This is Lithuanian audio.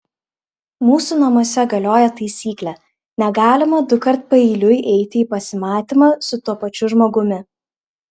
mūsų namuose galioja taisyklė negalima dukart paeiliui eiti į pasimatymą su tuo pačiu žmogumi